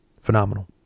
Phenomenal